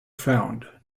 found